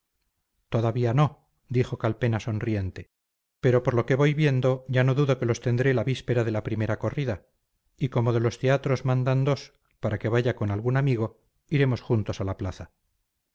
todavía no dijo calpena sonriente pero por lo que voy viendo ya no dudo que los tendré la víspera de la primera corrida y como de los teatros mandan dos para que vaya con algún amigo iremos juntos a la plaza